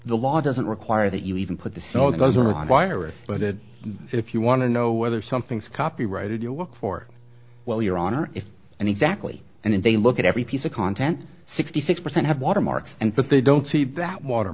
the law doesn't require that you even put the so it doesn't on virus but it if you want to know whether something's copyrighted you look for well your honor if and exactly and if they look at every piece of content sixty six percent have watermark and that they don't see that water